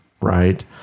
right